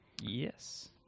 Yes